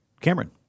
Cameron